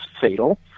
Fatal